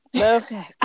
Okay